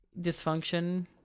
dysfunction